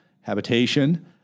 habitation